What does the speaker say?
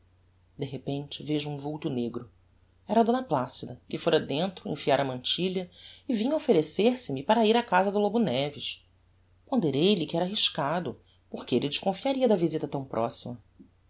de repente vejo um vulto negro era d placida que fôra dentro enfiára a mantilha e vinha offerecer se me para ir á casa do lobo neves ponderei lhe que era arriscado porque elle desconfiaria da visita tão proxima